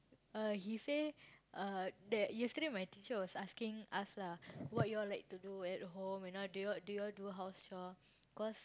uh he say uh that yesterday my teacher was asking us lah what you all like to do at home you know do you all do you all do house chore cause